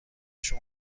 شما